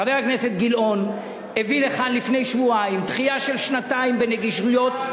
חבר הכנסת גילאון הביא לכאן לפני שבועיים דחייה של שנתיים בנגישויות,